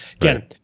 again